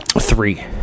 Three